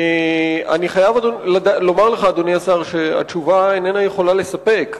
אני חייב לומר לך שהתשובה איננה יכולה לספק.